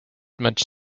much